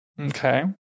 Okay